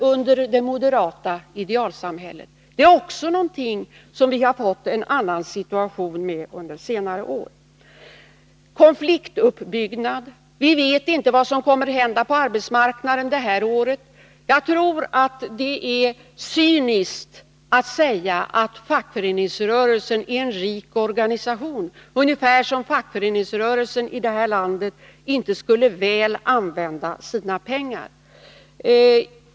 Också på det området har vi under senare år fått en annan situation. Så till behovet av konfliktuppbyggnad. Vi vet inte vad som kommer att hända på arbetsmarknaden detta år. Jag tror att det är cyniskt att säga att fackföreningsrörelsen är en rik organisation. Det låter ungefär som om fackföreningsrörelsen i detta land inte skulle väl använda sina pengar.